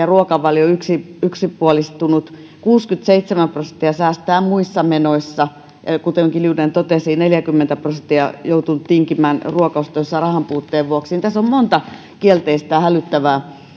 ruokavalio on yksipuolistunut kuusikymmentäseitsemän prosenttia säästää muissa menoissa ja kuten kiljunen totesi neljäkymmentä prosenttia on joutunut tinkimään ruokaostoissaan rahanpuutteen vuoksi tässä on monta kielteistä ja hälyttävää